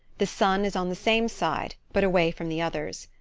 the son is on the same side, but away from the others.